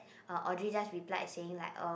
uh Audrey just replied saying like uh